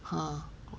ha